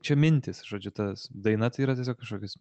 čia mintys žodžiu tas daina tai yra tiesiog kažkokios